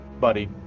buddy